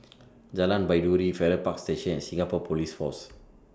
Jalan Baiduri Farrer Park Station and Singapore Police Force